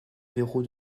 verrou